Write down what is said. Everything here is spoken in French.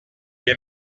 est